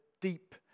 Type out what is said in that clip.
deep